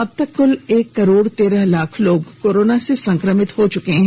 अब तक कूल एक करोड तेरह लाख लोग कोरोना से संक्रमित हो चुके हैं